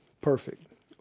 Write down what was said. perfect